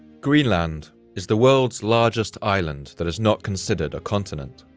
greenland is the world's largest island that is not considered a continent.